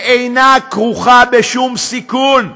שאינה כרוכה בשום סיכון.